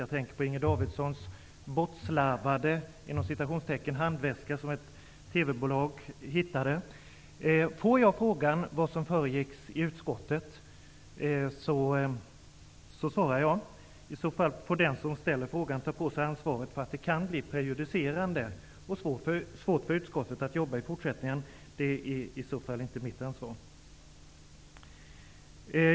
Jag tänker på Inger Davidsons ''bortslarvade'' handväska som ett TV-bolag hittade. Om jag får frågan om vad som föregick i utskottet svarar jag. Den som ställer frågan får ta på sig ansvaret för att uttalandet kan bli prejudicerande och att det kan bli svårt för utskottet att jobba i fortsättningen. Det är inte mitt ansvar.